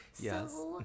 Yes